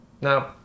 Now